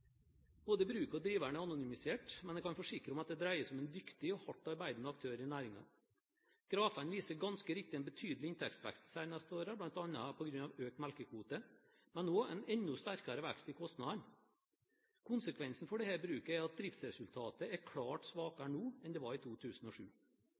Både bruket og driveren er anonymisert, men jeg kan forsikre om at det dreier seg om en dyktig og hardt arbeidende aktør i næringen. Grafene viser ganske riktig en betydelig inntektsvekst de seneste årene, bl.a. på grunn av økt melkekvote, men også en enda sterkere vekst i kostnadene. Konsekvensen for dette bruket er at driftsresultatet er klart